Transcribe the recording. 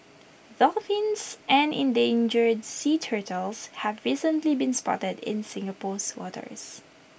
dolphins and endangered sea turtles have recently been spotted in Singapore's waters